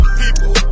people